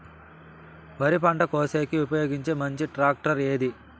వరి పంట కోసేకి ఉపయోగించే మంచి టాక్టర్ ఏది?